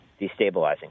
destabilizing